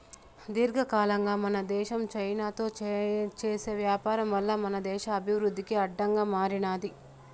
దీర్ఘకాలంగా మన దేశం చైనాతో చేసే వ్యాపారం వల్ల మన దేశ అభివృద్ధికి అడ్డంగా మారినాది